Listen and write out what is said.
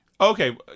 okay